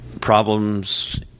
problems